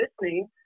listening